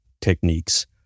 techniques